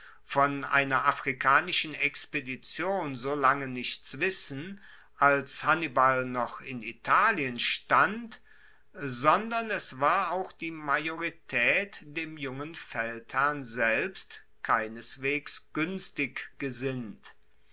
von einer afrikanischen expedition so lange nichts wissen als hannibal noch in italien stand sondern es war auch die majoritaet dem jungen feldherrn selbst keineswegs guenstig gesinnt